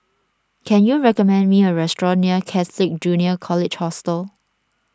can you recommend me a restaurant near Catholic Junior College Hostel